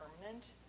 permanent